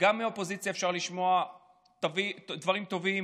גם מהאופוזיציה אפשר לשמוע דברים טובים,